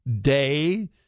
day